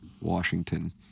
Washington